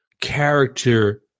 character